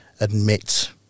admit